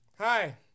Hi